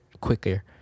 quicker